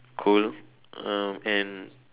cool uh and